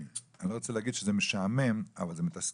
אני לא רוצה להגיד שזה משעמם, אבל זה מתסכל,